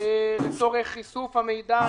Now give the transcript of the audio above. לצורך איסוף המידע,